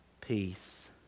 peace